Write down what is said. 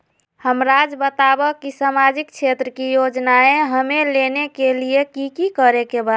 हमराज़ बताओ कि सामाजिक क्षेत्र की योजनाएं हमें लेने के लिए कि कि करे के बा?